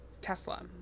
Tesla